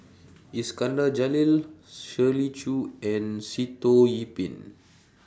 Iskandar Jalil Shirley Chew and Sitoh Yih Pin